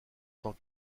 tant